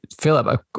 Philip